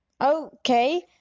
Okay